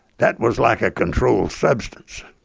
that was like a controlled substance.